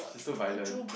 so violent